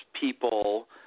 people